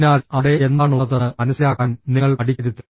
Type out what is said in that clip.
അതിനാൽ അവിടെ എന്താണുള്ളതെന്ന് മനസിലാക്കാൻ നിങ്ങൾ മടിക്കരുത്